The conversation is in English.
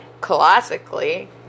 classically